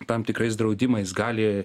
tam tikrais draudimais gali